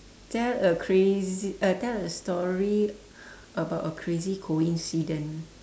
tell a crazy uh tell a story about a crazy coincidence